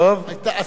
לילות כימים.